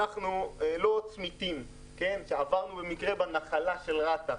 אנחנו לא צמיתים שעברנו במקרה בנחלה של רת"ע.